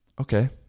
okay